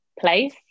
place